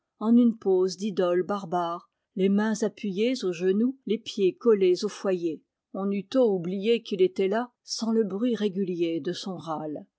en une pose d'idole barbare les mains appuyées aux genoux les pieds collés au foyer on eût tôt oublié qu'il était là sans le bruit régulier de son râle